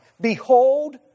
Behold